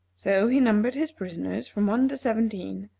so he numbered his prisoners from one to seventeen,